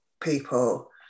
people